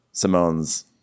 simone's